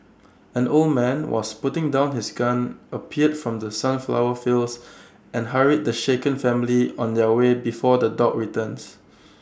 an old man was putting down his gun appeared from the sunflower fields and hurried the shaken family on their way before the dogs returns